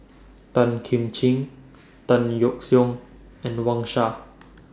Tan Kim Ching Tan Yeok Seong and Wang Sha